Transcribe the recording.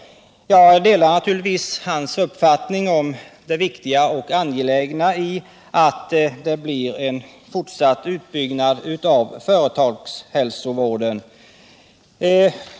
Jag delar naturligtvis hans uppfattning om det viktiga och angelägna i att det blir en fortsatt utbyggnad av företagshälsovården.